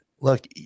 look